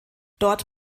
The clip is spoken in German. dort